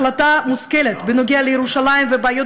רק החלטה מושכלת בנוגע לירושלים ובעיות